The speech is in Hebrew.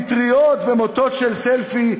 מטריות ומוטות של סלפי.